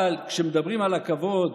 אבל כשמדברים על הכבוד